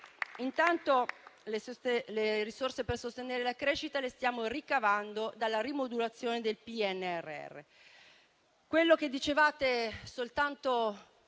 Intanto, le risorse per sostenere la crescita le stiamo ricavando dalla rimodulazione del PNRR. Soltanto